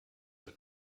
der